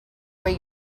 way